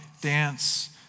dance